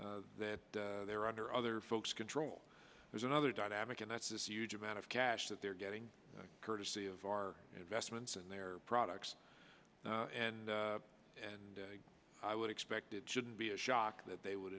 that they are under other folks control there's another dynamic and that's this huge amount of cash that they're getting courtesy of our investments and their products and and i would expect it shouldn't be a shock that they would